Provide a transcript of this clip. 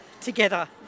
together